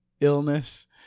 illness